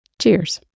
cheers